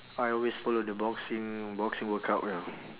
I always follow the boxing boxing workout ya